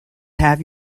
have